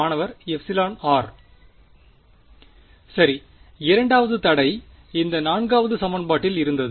மாணவர் r சரி இரண்டாவது தடை இந்த நான்காவது சமன்பாட்டில் இருந்தது